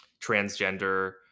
transgender